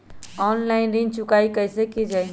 Online ऋण चुकाई कईसे की ञाई?